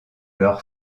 leur